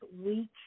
week